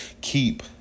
keep